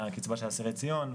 קצבה של אסירי ציון,